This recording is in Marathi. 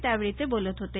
त्यावेळी ते बोलत होते